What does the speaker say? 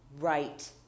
right